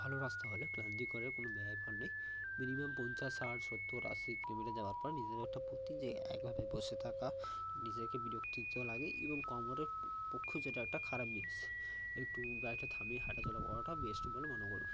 ভালো রাস্তা হলে ক্লান্তিকরের কোনো ব্যাপার নেই মিনিমাম পঞ্চাশ ষাট সত্তর আশি কিলোমিটার যাওয়ার পর নিজেদেরও একটা প্রতি যে একভাবে বসে থাকা নিজেকে বিরক্তি তো লাগেই এবং কোমরের পক্ষে যেটা একটা খারাপ জিনিস একটু গাড়িটা থামিয়ে হাঁটাচলা করাটা বেস্ট বলে মনে করবে